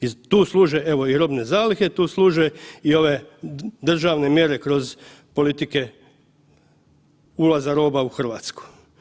I tu služe evo, i robne zalihe, tu služe i ove državne mjere kroz politike ulaza roba u Hrvatsku.